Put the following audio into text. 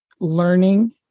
learning